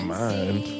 mind